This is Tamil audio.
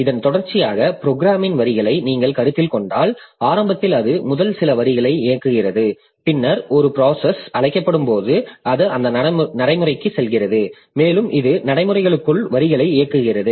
இந்த தொடர்ச்சியான ப்ரோக்ராம்ன் வரிகளை நீங்கள் கருத்தில் கொண்டால் ஆரம்பத்தில் அது முதல் சில வரிகளை இயக்குகிறது பின்னர் ஒரு ப்ராசஸ் அழைக்கப்படும் போது அது அந்த நடைமுறைக்குச் செல்கிறது மேலும் இது நடைமுறைகளுக்குள் வரிகளை இயக்குகிறது